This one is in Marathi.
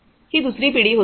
ही दुसरी पिढी होती